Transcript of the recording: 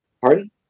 Pardon